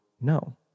No